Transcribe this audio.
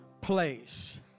place